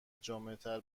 جامعتر